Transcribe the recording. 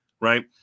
right